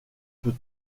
peut